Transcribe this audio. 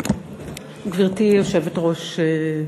גברתי היושבת-ראש,